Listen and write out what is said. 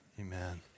Amen